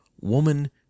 woman